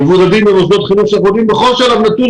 מבודדים במוסדות חינוך שאנחנו יודעים בכל שלב נתון